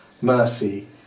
mercy